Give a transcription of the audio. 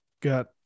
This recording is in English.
got